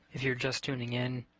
if you're just tuning in,